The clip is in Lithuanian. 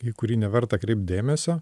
į kurį neverta kreipt dėmesio